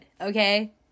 Okay